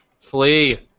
flee